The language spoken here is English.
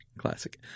Classic